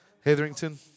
Hetherington